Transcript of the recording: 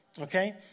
Okay